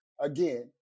again